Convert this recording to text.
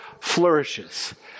flourishes